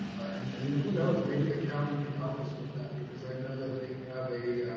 and, and who knows, maybe the county can help us with that because i know that they have a